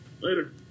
Later